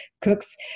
cooks